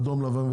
אדום לבן,